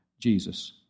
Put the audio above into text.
Jesus